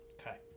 Okay